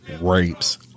rapes